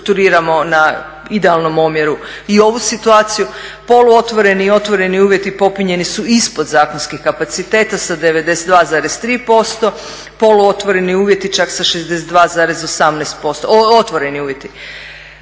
na idealnom omjeru i ovu situaciju. poluotvoreni i otvoreni uvjeti popunjeni su ispod zakonskih kapaciteta sa 92,3% otvoreni uvjeti čak sa 62,18%. U odgojnim